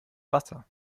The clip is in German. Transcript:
wasser